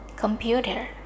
computer